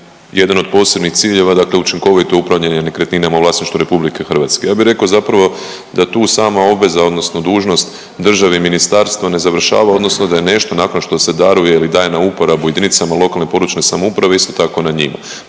jedan od posebnih ciljeva dakle učinkovito upravljanje nekretninama u vlasništvu RH. Ja bih rekao zapravo da tu sama obveza odnosno dužnost države i ministarstva ne završava odnosno da je nešto, nakon što se daruje ili daje na uporabu jedinicama lokalne i područne samouprave isto tako na njima.